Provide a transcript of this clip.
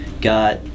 got